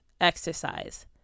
exercise